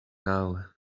now